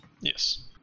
yes